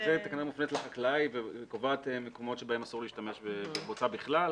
זו תקנה שמופנית לחקלאי וקובעת מקומות בהם אסור להשתמש בבוצה בכלל,